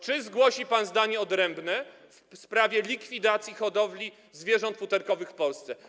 Czy zgłosi pan zdanie odrębne w sprawie likwidacji hodowli zwierząt futerkowych w Polsce?